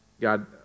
God